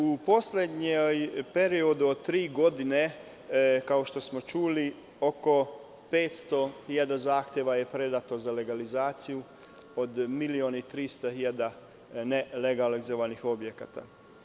U poslednjem periodu od tri godine, kao što smo čuli, oko 500 hiljada zahteva je predato za legalizaciju od milion i trista hiljada nelegalizovanih objekata.